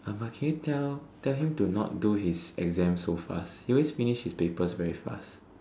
can you tell tell him to not do his exams so fast he always finish his papers so fast